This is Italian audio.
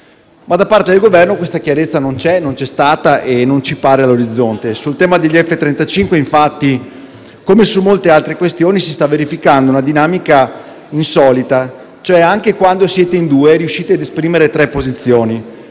Da parte del Governo però questa chiarezza non c'è, non c'è stata e non ci pare all'orizzonte. Sul tema degli F-35 infatti, come su molte altre questioni, si sta verificando una dinamica insolita: anche quando siete in due riuscite ad esprimere tre posizioni.